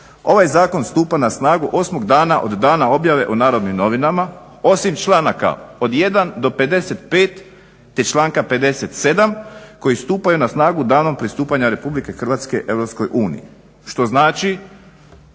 "Ovaj zakon stupa na snagu 8.dana od dana objave u NN osim članaka od 1.do 55., te članka 57.koji stupaju na snagu danom pristupanja RH EU", što znači